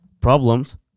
problems